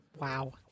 Wow